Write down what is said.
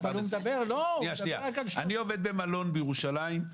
אני עובד במלון בירושלים,